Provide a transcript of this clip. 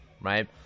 right